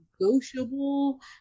negotiable